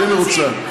תהיי מרוצה.